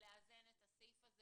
לאן את הסעיף הזה